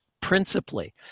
principally